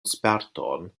sperton